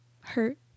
hurt